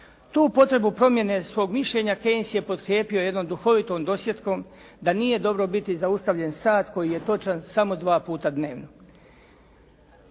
Tu potrebu promjene svog mišljenja Keynes je podkrijepio jednom duhovitom dosjetkom da nije dobro biti zaustavljen sat koji je točan samo 2 puta dnevno.